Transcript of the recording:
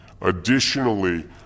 Additionally